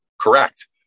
correct